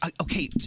Okay